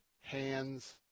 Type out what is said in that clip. hands